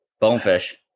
Bonefish